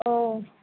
हो